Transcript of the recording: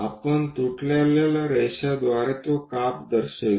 आपण तुटलेल्या रेषेद्वारे तो काप दर्शवितो